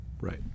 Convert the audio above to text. right